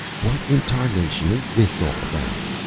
what in tarnation is this all about?